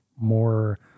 more